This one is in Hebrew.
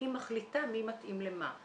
היא מחליטה מי מתאים למה.